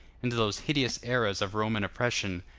and to those hideous eras of roman oppression,